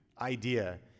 idea